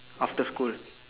after school